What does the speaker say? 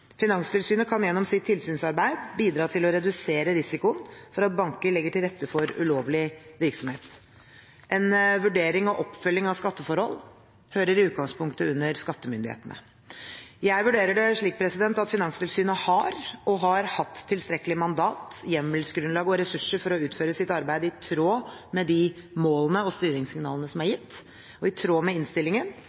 Finanstilsynet kan gjennom sitt tilsynsarbeid bidra til å redusere risikoen for at banker legger til rette for ulovlig virksomhet. En vurdering og oppfølging av skatteforhold hører i utgangspunktet under skattemyndighetene. Jeg vurderer det slik at Finanstilsynet har og har hatt tilstrekkelig mandat, hjemmelsgrunnlag og ressurser for å utføre sitt arbeid i tråd med de målene og styringssignalene som er gitt. I tråd med innstillingen